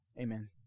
Amen